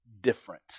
different